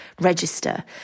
register